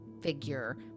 figure